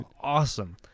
awesome